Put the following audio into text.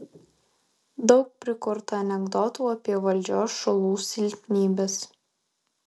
daug prikurta anekdotų apie valdžios šulų silpnybes